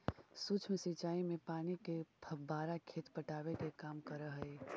सूक्ष्म सिंचाई में पानी के फव्वारा खेत पटावे के काम करऽ हइ